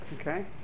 Okay